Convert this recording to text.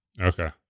Okay